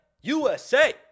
USA